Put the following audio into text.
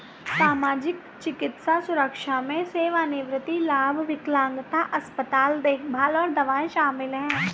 सामाजिक, चिकित्सा सुरक्षा में सेवानिवृत्ति लाभ, विकलांगता, अस्पताल देखभाल और दवाएं शामिल हैं